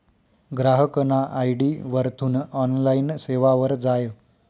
ग्राहकना आय.डी वरथून ऑनलाईन सेवावर जाय